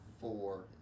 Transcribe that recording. four